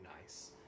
nice